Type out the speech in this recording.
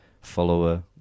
follower